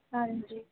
ਹਾਂਜੀ